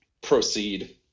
proceed